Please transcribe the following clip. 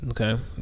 okay